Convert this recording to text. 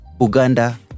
Uganda